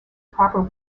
proper